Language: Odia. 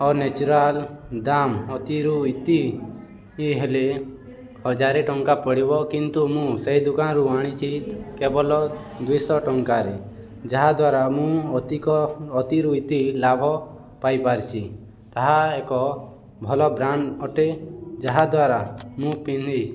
ଅ ନେଚୁରାଲ୍ ଦାମ୍ ଅତିରୁ ଇତି ହେଲେ ହଜାରେ ଟଙ୍କା ପଡ଼ିବ କିନ୍ତୁ ମୁଁ ସେଇ ଦୋକାନରୁ ଆଣିଛି କେବଲ ଦୁଇଶହ ଟଙ୍କାରେ ଯାହାଦ୍ୱାରା ମୁଁ ଅତିକ ଅତିରୁ ଇତି ଲାଭ ପାଇପାରିଛିି ତାହା ଏକ ଭଲ ବ୍ରାଣ୍ଡ ଅଟେ ଯାହାଦ୍ୱାରା ମୁଁ ପିନ୍ଧି